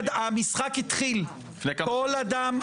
לפני כמה זמן?